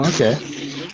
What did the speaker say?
Okay